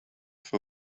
for